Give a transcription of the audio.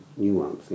nuancing